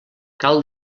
cal